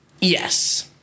Yes